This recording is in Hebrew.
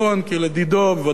כי לדידו ודאי